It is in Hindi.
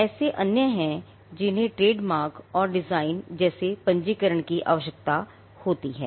ऐसे अन्य हैं जिन्हें ट्रेडमार्क और डिज़ाइन जैसे पंजीकरण की आवश्यकता होती है